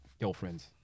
girlfriends